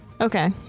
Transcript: Okay